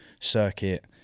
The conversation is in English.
circuit